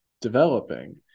developing